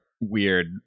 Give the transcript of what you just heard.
weird